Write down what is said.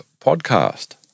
Podcast